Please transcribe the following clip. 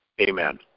amen